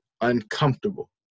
uncomfortable